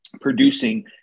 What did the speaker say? producing